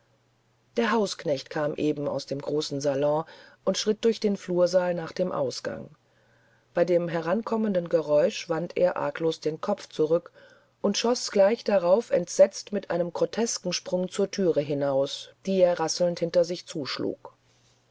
der hausknecht kam eben aus dem großen salon und schritt durch den flursaal nach dem ausgang bei dem herankommenden geräusch wandte er arglos den kopf zurück und schoß gleich darauf entsetzt mit einem grotesken sprunge zur thüre hinaus die er rasselnd hinter sich zuschlug